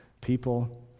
people